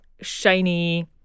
shiny